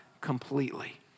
completely